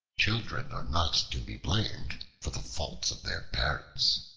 children are not to be blamed for the faults of their parents.